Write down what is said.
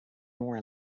more